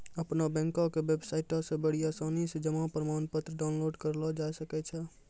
अपनो बैंको के बेबसाइटो से बड़ी आसानी से जमा प्रमाणपत्र डाउनलोड करलो जाय सकै छै